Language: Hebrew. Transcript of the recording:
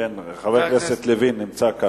חבר הכנסת לוין נמצא כאן.